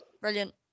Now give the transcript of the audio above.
Brilliant